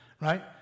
right